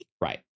Right